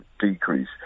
decrease